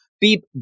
Beep